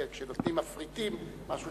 כי כשמפריטים משהו,